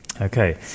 Okay